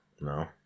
No